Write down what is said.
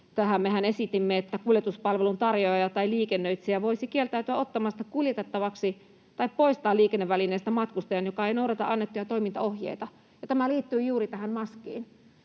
tähän. Mehän esitimme, että kuljetuspalvelun tarjoaja tai liikennöitsijä voisi kieltäytyä ottamasta kuljetettavaksi tai poistaa liikennevälineestä matkustajan, joka ei noudata annettuja toimintaohjeita. Ja tämä liittyy juuri tähän maskiin.